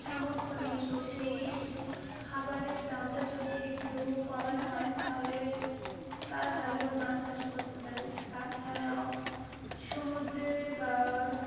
সামর্থ্য নেই তো সেই খাবারের দামটা যদি একটু কমানো হয় তাহলে তারা ভালোভাবে মাছ চাষ করতে পারে তাছাড়াও সমুদ্রে বা